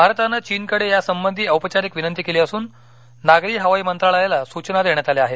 भारतानं चीनकडे या संबंधी औपचारिक विनंती केली असून नागरी हवाई मंत्रालयाला सूचना देण्यात आल्या आहेत